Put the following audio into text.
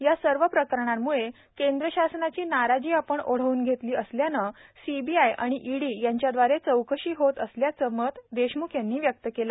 यासर्व प्रकरणाम्ळे केंद्र शासनाची नाराजी आपण ओढवून घेतले असल्याने सीबीआय आणि ईडी यांच्या द्वारे चौकशी होत असल्याचं मत देशम्ख यांनी यावेळी व्यक्त केलं